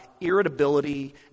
irritability